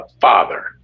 father